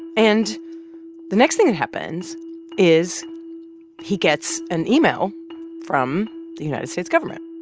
and the next thing that happens is he gets an email from the united states government,